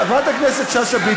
חברת הכנסת שאשא ביטון,